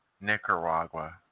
Nicaragua